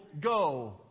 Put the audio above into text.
go